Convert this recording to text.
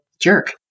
jerk